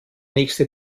nächste